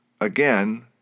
again